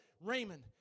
Raymond